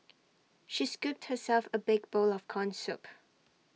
she scooped herself A big bowl of Corn Soup